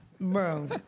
Bro